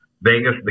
Vegas